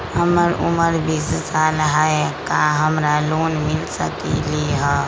हमर उमर बीस साल हाय का हमरा लोन मिल सकली ह?